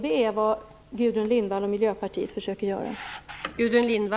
Det är vad Gudrun Lindvall och Miljöpartiet försöker göra.